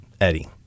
Eddie